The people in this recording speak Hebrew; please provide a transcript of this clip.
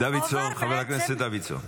כולו -- חבר הכנסת דוידסון.